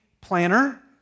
planner